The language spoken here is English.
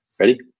Ready